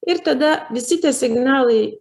ir tada visi tie signalai